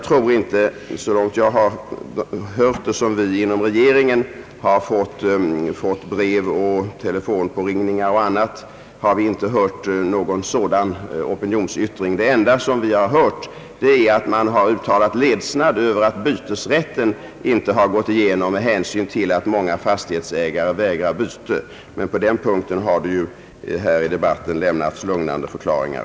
Så långt jag har erfarit av brev och telefonpåringningar till regeringen, har det inte hörts någon sådan opinionsyttring. Det enda vi hört är att man uttalat ledsnad över att bytesrätten inte har gått igenom med hänsyn till att många fastighetsägare vägrar byte, men på den punkten har det ju här i debatten lämnats lugnande förklaringar.